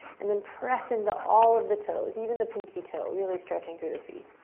and then press into all of the toes, even the pinky toe, really stretching through the feet.